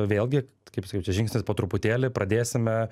vėlgi kaip sakiau čia žingsnis po truputėlį pradėsime